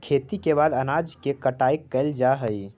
खेती के बाद अनाज के कटाई कैल जा हइ